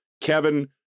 kevin